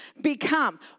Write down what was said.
become